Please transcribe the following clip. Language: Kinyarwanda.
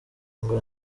ngo